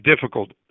difficult